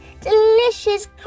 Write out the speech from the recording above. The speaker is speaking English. Delicious